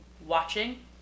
watching